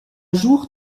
jour